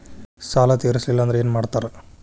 ಸಾಲ ತೇರಿಸಲಿಲ್ಲ ಅಂದ್ರೆ ಏನು ಮಾಡ್ತಾರಾ?